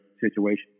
situation